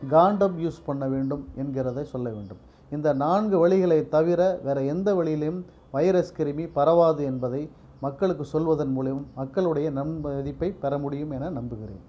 காண்டம் use பண்ண வேண்டும் என்கிறதை சொல்ல வேண்டும் இந்த நான்கு வலிகளை தவிர வேற எந்த வலியிலேயும் வைரஸ் கிருமி பரவாது என்பதை மக்களுக்கு சொல்வதன் மூலம் மக்களுடைய நன்மதிப்பை பெறமுடியும் என நம்புகிறேன்